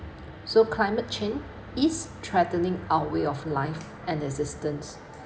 so climate change is threatening our way of life and existence